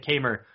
kamer